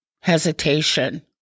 hesitation